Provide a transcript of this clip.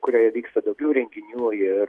kurioje vyksta daugiau renginių ir